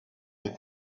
get